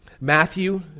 Matthew